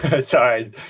sorry